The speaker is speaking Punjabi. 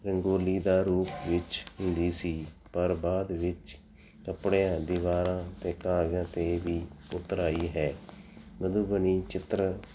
ਰੰਗੋਲੀ ਦਾ ਰੂਪ ਵਿੱਚ ਹੁੰਦੀ ਸੀ ਪਰ ਬਾਅਦ ਵਿੱਚ ਕੱਪੜਿਆਂ ਦੀਵਾਰਾਂ ਅਤੇ ਕਾਗਜ਼ਾਂ 'ਤੇ ਵੀ ਉਤਰ ਆਈ ਹੈ ਚਿੱਤਰ